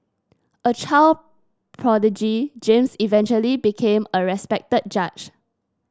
a child prodigy James eventually became a respected judge